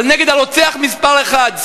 אבל נגד הרוצח מספר אחת,